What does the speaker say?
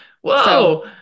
Whoa